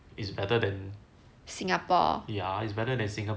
it's better than ya it's better than singapore